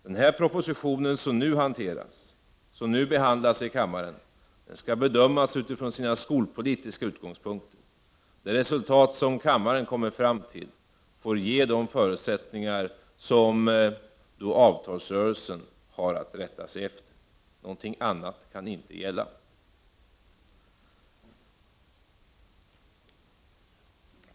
Den proposition som nu behandlas i kammaren skall bedömas utifrån sina skolpolitiska utgångspunkter. Det resultat som kammaren kommer fram till får ge de förutsättningar som avtalsrörelsen har att rätta sig efter. Något annat kan inte gälla.